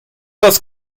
das